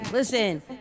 Listen